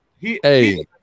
hey